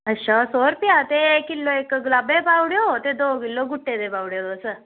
अच्छा सौ रपेआ ते किलो इक गलाबै दे पाई ओड़ेओ ते दो किलो गुट्टे दे पाई ओड़ेओ तुस